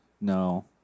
No